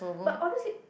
but honestly